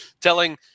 telling